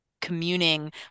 communing